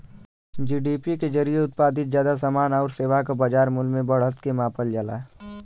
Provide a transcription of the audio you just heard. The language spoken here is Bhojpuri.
जी.डी.पी के जरिये उत्पादित जादा समान आउर सेवा क बाजार मूल्य में बढ़त के मापल जाला